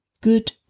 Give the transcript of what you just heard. good